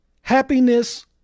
happiness